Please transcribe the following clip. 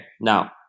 now